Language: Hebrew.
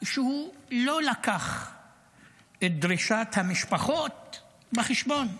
שהוא לא לקח את דרישת המשפחות בחשבון.